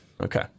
Okay